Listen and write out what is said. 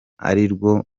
arirwo